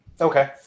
Okay